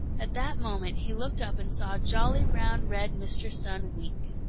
at that moment he looked up and saw jolly, round, red mr. sun wink.